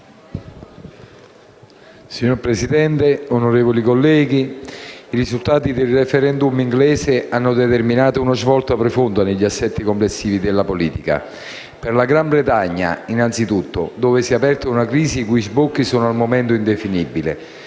Signor Presidente, onorevoli colleghi, i risultati del *referendum* britannico hanno determinato una svolta profonda negli assetti complessivi della politica, in Gran Bretagna innanzitutto, dove si è aperta una crisi i cui sbocchi sono, al momento indefinibili.